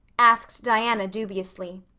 asked diana dubiously.